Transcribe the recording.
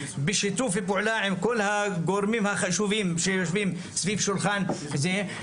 בשיתוף פעולה עם כל הגורמים החשובים שיושבים סביב שולחן זה,